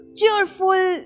cheerful